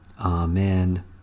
Amen